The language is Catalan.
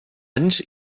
anys